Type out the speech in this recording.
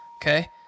Okay